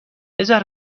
بزار